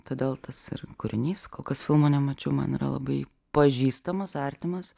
todėl tas kūrinys kol kas filmo nemačiau man yra labai pažįstamas artimas